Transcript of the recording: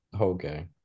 okay